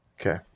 Okay